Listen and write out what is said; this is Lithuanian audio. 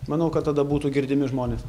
manau kad tada būtų girdimi žmonės